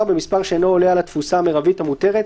ובמספר שאינו עולה על התפוסה המרבית המותרת